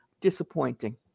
disappointing